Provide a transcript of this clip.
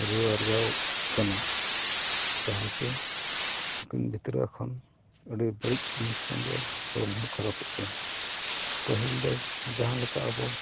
ᱨᱩᱣᱟᱹ ᱟᱨᱡᱟᱣ ᱠᱟᱱᱟ ᱡᱟᱦᱟᱸᱜᱮ ᱩᱠᱤᱱ ᱵᱷᱤᱛᱨᱤ ᱠᱷᱚᱱ ᱟᱹᱰᱤ ᱵᱟᱹᱲᱤᱡ ᱡᱤᱱᱤᱥ ᱠᱟᱱ ᱜᱮᱭᱟ ᱦᱚᱲᱢᱚ ᱦᱚᱸ ᱠᱷᱟᱨᱟᱯᱚᱜ ᱠᱟᱱᱟ ᱯᱟᱹᱦᱤᱞ ᱫᱚ ᱡᱟᱦᱟᱸᱞᱮᱠᱟ ᱟᱵᱚ